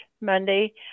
Monday